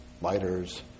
lighters